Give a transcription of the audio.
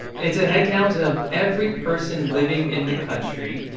it's a head count of every person living in the country,